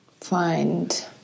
find